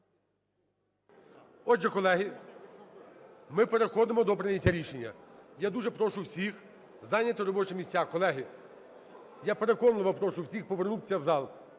Отже, колеги, ми переходимо до прийняття рішення. Я дуже прошу всіх зайняти робочі місця. Колеги, я переконливо прошу всіх повернутися в зал,